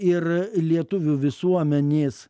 ir lietuvių visuomenės